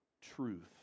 truth